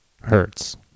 Hertz